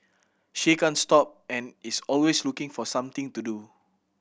she can't stop and is always looking for something to do